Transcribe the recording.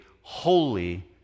holy